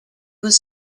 was